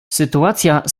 sytuacja